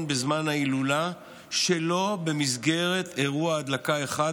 בזמן ההילולה שלא במסגרת אירוע הדלקה אחד,